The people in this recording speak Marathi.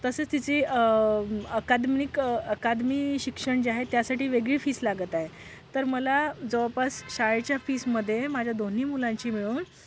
तसेच तिची अकादमिक अकादमी शिक्षण जे आहे त्यासाठी वेगळी फीस लागत आहे तर मला जवळपास शाळेच्या फीसमध्ये माझ्या दोन्ही मुलांची मिळून